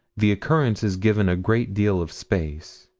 the occurrence is given a great deal of space.